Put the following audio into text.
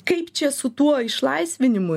kaip čia su tuo išlaisvinimu